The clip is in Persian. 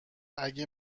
اگه